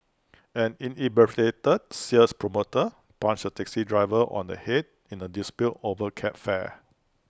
an inebriated sales promoter punched A taxi driver on the Head in A dispute over cab fare